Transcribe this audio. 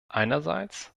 einerseits